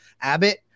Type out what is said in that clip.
Abbott